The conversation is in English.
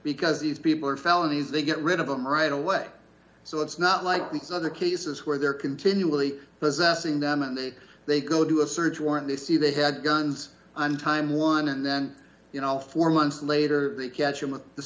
because these people are felonies they get rid of them right away so it's not like these other cases where they're continually possessing them and then they go do a search warrant they see they had guns on time one and then you know four months later they catch him